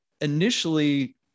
initially